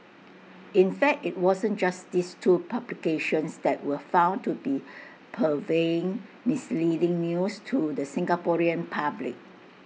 in fact IT wasn't just these two publications that were found to be purveying misleading news to the Singaporean public